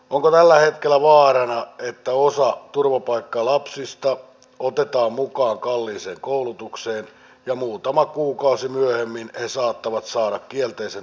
onko tällä hetkellä vaaran ja tässä salissa on syytöksiä osoitettu hallitusta kohtaan olen ymmärtänyt että myös pääministeri sipilää kohtaan